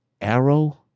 arrow